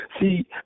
See